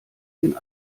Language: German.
den